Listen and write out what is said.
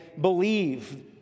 believe